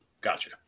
Gotcha